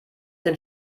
den